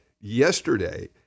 yesterday